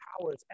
powers